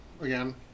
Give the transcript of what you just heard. Again